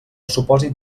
supòsit